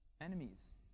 enemies